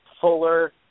Fuller